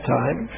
time